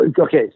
Okay